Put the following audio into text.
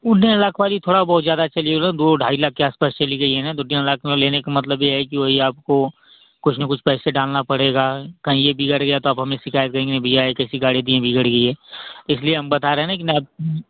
वह डेढ़ लाख वाली थोड़ा बहुत ज़्यादा चलिएगा दो ढाई लाख के आस पास चली गई हैं ना दो तीन लाख में लेने का मतलब यह है कि वही आपको कुछ ना कुछ पैसे डालना पड़ेगा कहीं यह बिगड़ गया तो आप हमें शिकायत करेंगे नहीं भैया यह कैसी गाड़ी दिए बिगड़ गई है इसलिए हम बता रहे हैं कि ना आप